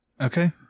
Okay